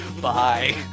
Bye